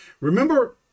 remember